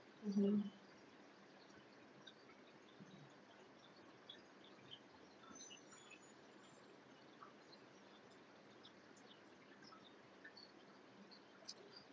mmhmm